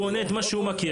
הוא עונה את מה שהוא מכיר.